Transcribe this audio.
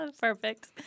Perfect